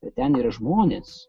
bet ten yra žmonės